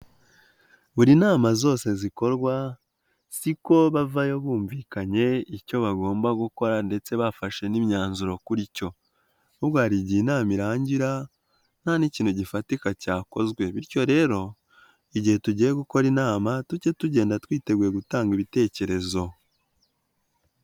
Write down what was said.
Buri nama zose zikorwa si ko bavayo bumvikanye icyo bagomba gukora ndetse bafashe n'imyanzuro kuri cyo, ahubwo hari igihe inama irangira nta n'ikintu gifatika cyakozwe bityo rero igihe tugiye gukora inama tujye tugenda twiteguye gutanga ibitekerezo.